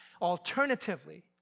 alternatively